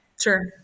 Sure